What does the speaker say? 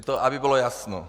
To aby bylo jasno.